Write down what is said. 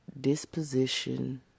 disposition